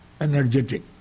energetic